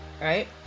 Right